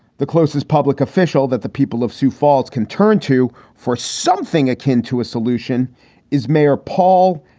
the closest public official that the people of sioux falls can turn to for something akin to a solution is mayor paul,